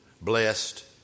blessed